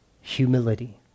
humility